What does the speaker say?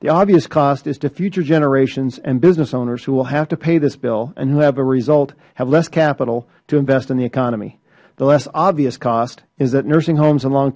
the obvious cost is to future generations and business owners who will have to pay this bill and who have the result of less capital to invest in the economy the less obvious cost is that nursing homes and long